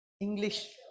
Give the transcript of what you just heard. English